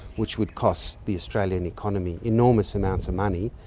which would cost the australian economy enormous amounts of money,